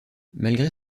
malgré